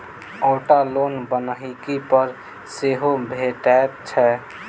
auto loan बन्हकी पर सेहो भेटैत छै